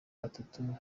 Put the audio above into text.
batatu